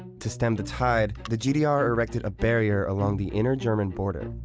to stem the tide, the gdr erected a barrier along the inner german border.